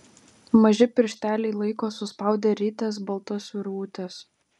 maži piršteliai laiko suspaudę rites baltos virvutės